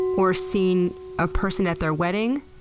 or seen a person at their wedding,